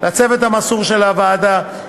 לצוות המסור של הוועדה,